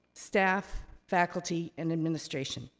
staff, faculty, and administration.